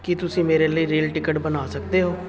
ਕੀ ਤੁਸੀਂ ਮੇਰੇ ਲਈ ਰੇਲ ਟਿਕਟ ਬਣਾ ਸਕਦੇ ਹੋ